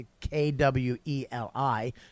K-W-E-L-I